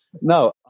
No